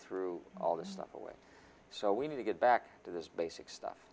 threw all this stuff away so we need to get back to this basic stuff